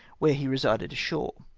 where he resided ashore.